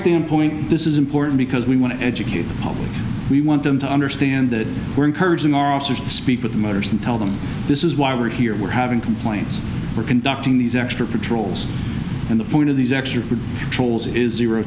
standpoint this is important because we want to educate them we want them to understand that we're encouraging our officers to speak with motors and tell them this is why we're here we're having complaints we're conducting these extra patrols and the point of these extra trolls is zero